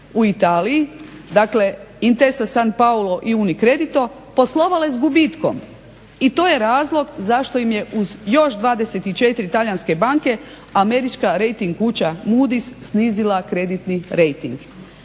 u Italiji, dakle Intesa San Paolo i Unicredito poslovale s gubitkom i to je razlog zašto im je uz još 24 talijanske banke američka rejting kuća Mudis snizila kreditni rejting.